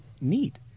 need